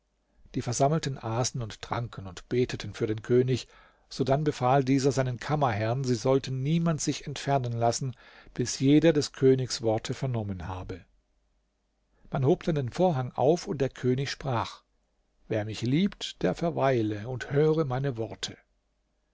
die versammelten aßen und tranken und beteten für den könig sodann befahl dieser seinen kammerherrn sie sollten niemand sich entfernen lassen bis jeder des königs worte vernommen habe man hob dann den vorhang auf und der könig sprach wer mich liebt der verweile und höre meine worte